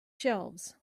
shelves